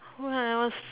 !wah! I was